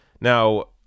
Now